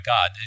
God